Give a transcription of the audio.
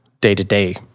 day-to-day